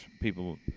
People